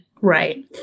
Right